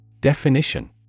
Definition